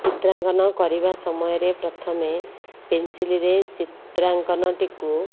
ଚିତ୍ରାଙ୍କନ କରିବା ସମୟରେ ପ୍ରଥମେ ପେନସିଲ୍ ରେ ଚିତ୍ରାଙ୍କନଟିକୁ